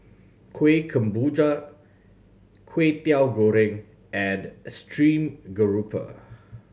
Kuih Kemboja Kway Teow Goreng and stream grouper